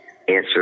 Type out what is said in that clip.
answer